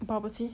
bubble tea